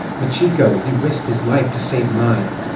machiko, he risked his life to save mine!